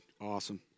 awesome